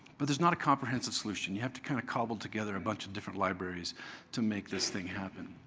but there's not a comprehensive solution. you have to kind of cobble together a bunch of different libraries to make this thing happen.